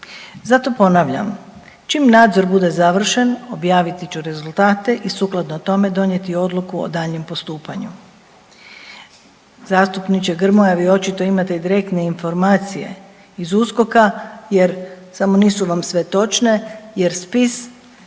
Zato ponavljam, čim nadzor bude završen objaviti ću rezultate i sukladno tome donijeti odluku o daljnjem postupanju. Zastupniče Grmoja, vi očito imate direktne informacije iz USKOK-a jer samo nisu vam sve točne jer spis